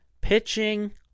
pitching